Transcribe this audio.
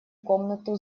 комнату